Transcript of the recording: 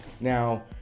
now